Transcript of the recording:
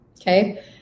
okay